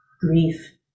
grief